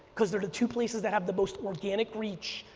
because they're the two places that have the most organic reach,